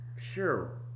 Sure